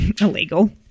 illegal